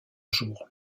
jours